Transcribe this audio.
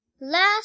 Last